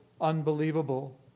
unbelievable